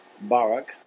Barak